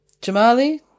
Jamali